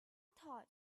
thought